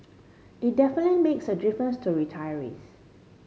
it definitely makes a difference to retirees